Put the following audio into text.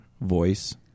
voice